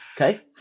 Okay